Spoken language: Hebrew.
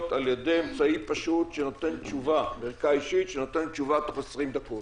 על ידי אמצעי פשוט של ערכה אישית שנותנת תשובה תוך 20 דקות?